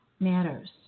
Matters